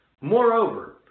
Moreover